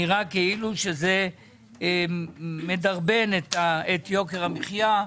נראה כאילו שזה מדרבן את יוקר המחיה,